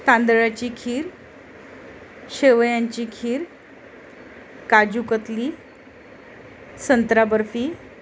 तांदळाची खीर शेवयांची खीर काजूकतली संत्र बर्फी